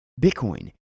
Bitcoin